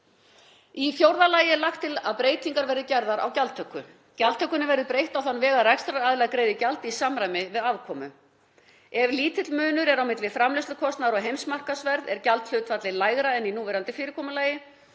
Í fjórða lagi er lagt til að breytingar verði gerðar á gjaldtöku. Gjaldtökunni verður breytt á þann veg að rekstraraðila greiði gjald í samræmi við afkomu. Ef lítill munur er á milli framleiðslukostnaðar og heimsmarkaðsverðs er gjaldhlutfallið lægra en í núverandi fyrirkomulagi,